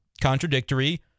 contradictory